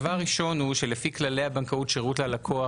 דבר ראשון הוא שלפי כללי הבנקאות (שירות ללקוח,